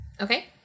Okay